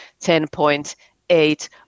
10.8